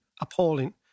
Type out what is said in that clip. appalling